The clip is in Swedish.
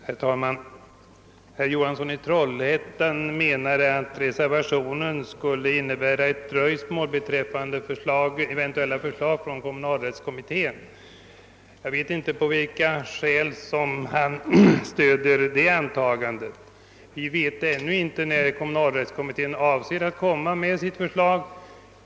Herr talman! Herr Johansson i Trollhättan menade att reservationen skulle medföra ett dröjsmål beträffande eventuella förslag från kommunalrättskommittén. Jag vet inte när kommunalrättskommittén avser att komma med sitt förslag.